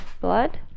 blood